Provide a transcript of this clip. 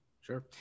sure